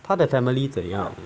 他的 family 怎样